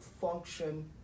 function